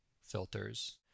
filters